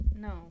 no